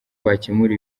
wakemura